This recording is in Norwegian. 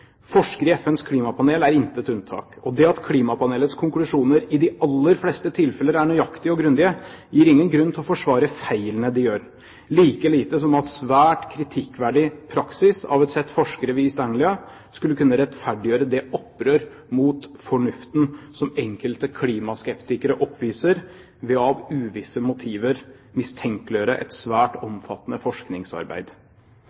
Forskere i FNs klimapanel er intet unntak. Det at klimapanelets konklusjoner i de aller fleste tilfeller er nøyaktige og grundige, gir ingen grunn til å forsvare feilene de gjør, like lite som at svært kritikkverdig praksis av et sett forskere ved East Anglia skulle kunne rettferdiggjøre det opprør mot fornuften som enkelte klimaskeptikere oppviser ved av uvisse grunner å mistenkeliggjøre et svært